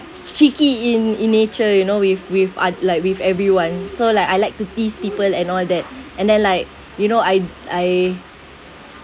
cheeky in in nature you know with with uh like with everyone so like I like to tease people and all that and then like you know I I